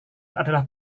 adalah